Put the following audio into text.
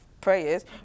prayers